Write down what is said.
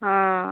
ஆ